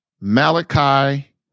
Malachi